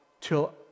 till